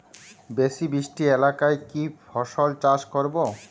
বেশি বৃষ্টি এলাকায় কি ফসল চাষ করব?